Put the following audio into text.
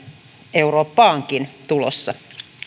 eurooppaankin tulossa